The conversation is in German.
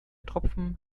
tropfen